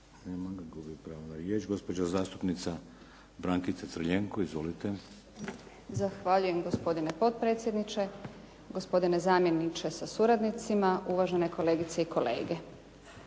Nema ga, gubi pravo na riječ. Gospođa zastupnica Brankica Crljenko. Izvolite. **Crljenko, Brankica (SDP)** Zahvaljujem, gospodine potpredsjedniče. Gospodine zamjeniče sa suradnicima, uvažene kolegice i kolege.